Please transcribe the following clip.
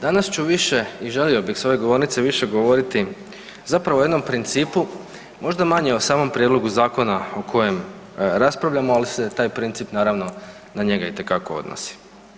Danas ću više i želio bi s ove govornice više govoriti zapravo o jednom principu, možda manje o samom prijedlogu zakona o kojem raspravljamo, ali se taj princip naravno na njega itekako odnosi.